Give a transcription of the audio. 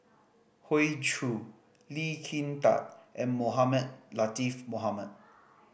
Hoey Choo Lee Kin Tat and Mohamed Latiff Mohamed